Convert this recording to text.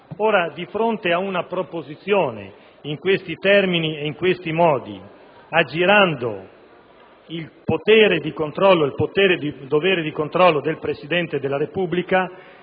Di fronte ad una proposizione in questi termini e in questi modi, aggirando il potere e il dovere di controllo del Presidente della Repubblica,